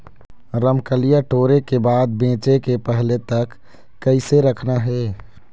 रमकलिया टोरे के बाद बेंचे के पहले तक कइसे रखना हे?